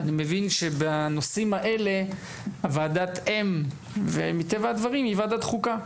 אני מבין שבנושאים האלה ועדת האם מטבע הדברים היא ועדת חוקה,